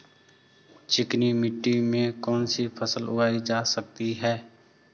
चिकनी मिट्टी में कौन सी फसल उगाई जा सकती है?